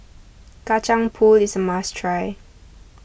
Kacang Pool is a must try